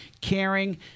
caring